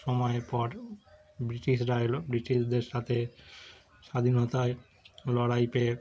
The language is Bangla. সময়ের পর ব্রিটিশরা এলো ব্রিটিশদের সাথে স্বাধীনতায় লড়াইতে